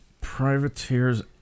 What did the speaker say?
Privateers